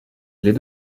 les